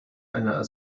eine